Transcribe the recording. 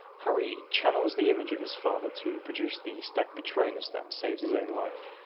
harry channels the image of his father to produce the stag patronus that saves his own life.